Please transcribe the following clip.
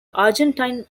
argentine